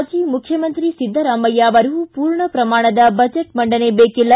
ಮಾಜಿ ಮುಖ್ಯಮಂತ್ರಿ ಸಿದ್ದರಾಮಯ್ಯ ಅವರು ಪೂರ್ಣ ಶ್ರಮಾಣದ ಬಜೆಟ್ ಮಂಡನೆ ದೇಕಿಲ್ಲ